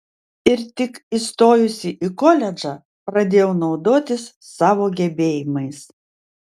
ir tik įstojusi į koledžą pradėjau naudotis savo gebėjimais